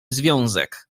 związek